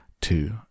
two